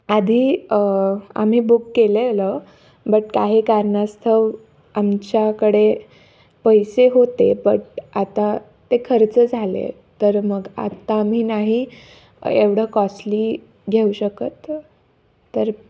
आधी आम्ही बुक केलंलं बट काही कारणास्तव आमच्याकडे पैसे होते बट आता ते खर्च झाले तर मग आत्ता आम्ही नाही एवढं कॉस्टली घेऊ शकत तर